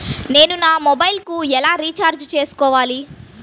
నేను నా మొబైల్కు ఎలా రీఛార్జ్ చేసుకోవాలి?